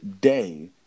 day